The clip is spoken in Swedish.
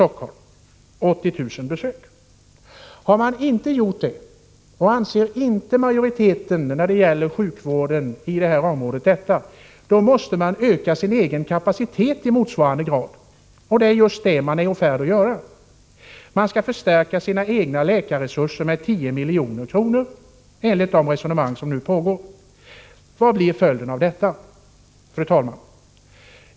Om det inte är så majoriteten menar, så måste landstingets egen sjukvårdskapacitet ökas i motsvarande grad, och det är just vad man är i färd med att göra. Man skall förstärka sina egna läkarresurser med 10 milj.kr. enligt de resonemang som nu pågår. Fru talman! Vad blir följden av detta?